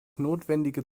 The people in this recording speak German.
notwendige